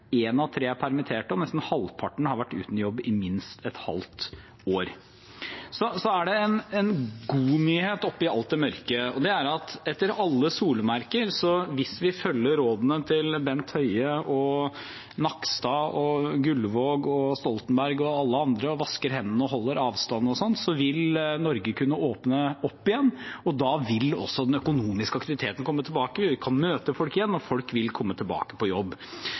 en god nyhet oppi alt det mørke, og det er at etter alle solemerker, hvis vi følger rådene til Bent Høie, Nakstad, Guldvog, Stoltenberg og alle andre og vasker hendene og holder avstand og sånn, så vil Norge kunne åpne opp igjen, og da vil også den økonomiske aktiviteten komme tilbake. Vi kan møte folk igjen, og folk vil komme tilbake på jobb.